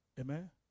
Amen